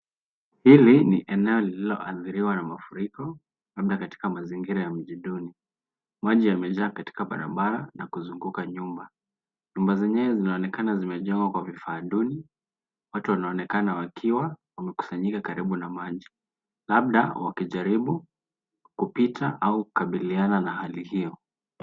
Hili ni eneo lililoathiriwa na mafuriko labda katika mazingira ya miji duni. Maji yamejaa katika barabara na kuzunguka nyumba. Nyumba zenyewe zinaonekana zimejengwa kwa vifaa duni. Watu wanaonekana wakiwa wamekusanyika karibu na maji labda wakijaribu kupita au kukabiliana na hali hiyo.